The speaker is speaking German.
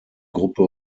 gruppe